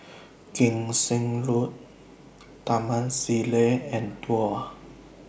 Kim Seng Road Taman Sireh and Duo